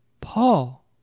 Paul